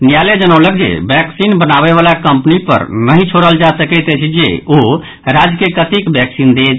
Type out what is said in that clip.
न्यायालय जनौलक जे वैक्सीन बनाबय वला कम्पनी पर नहि छोड़ल जा सकैत अछि जे ओ राज्य के कतेक वैक्सीन देत